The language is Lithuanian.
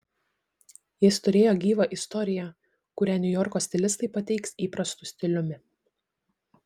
jis turėjo gyvą istoriją kurią niujorko stilistai pateiks įprastu stiliumi